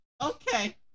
Okay